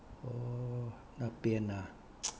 oo 那边啊